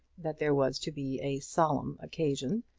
that there was to be a solemn occasion,